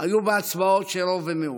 היו בהצבעות של רוב ומיעוט.